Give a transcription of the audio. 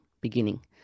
beginning